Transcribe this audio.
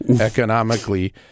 economically